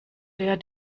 der